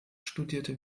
studierte